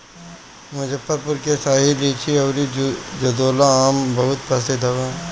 मुजफ्फरपुर के शाही लीची अउरी जर्दालू आम बहुते प्रसिद्ध हवे